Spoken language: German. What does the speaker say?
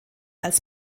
als